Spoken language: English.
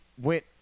went